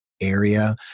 area